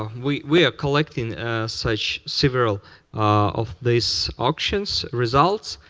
ah we we are collecting such several of these auctions' results,